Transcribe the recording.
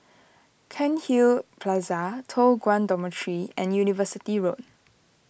Cairnhill Plaza Toh Guan Dormitory and University Road